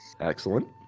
Excellent